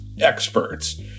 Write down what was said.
experts